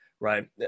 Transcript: right